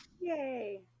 Yay